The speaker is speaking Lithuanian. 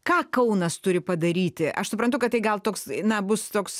ką kaunas turi padaryti aš suprantu kad tai gal toks na bus toks